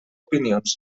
opinions